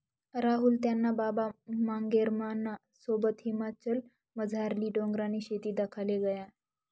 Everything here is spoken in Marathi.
राहुल त्याना बाबा मांगेरामना सोबत हिमाचलमझारली डोंगरनी शेती दखाले गया